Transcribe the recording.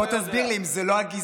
בוא תסביר לי אם זה לא הגזענות,